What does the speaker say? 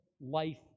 life